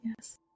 yes